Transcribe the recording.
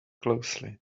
closely